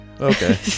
Okay